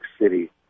City